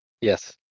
Yes